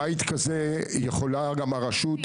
הרשות יכולה לחייב,